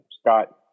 Scott